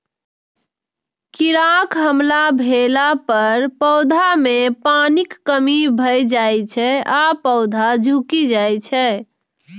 कीड़ाक हमला भेला पर पौधा मे पानिक कमी भए जाइ छै आ पौधा झुकि जाइ छै